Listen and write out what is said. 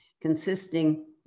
consisting